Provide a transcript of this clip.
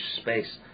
space